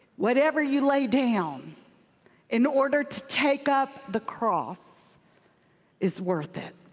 whatever you lay down in order to take up the cross is worth it.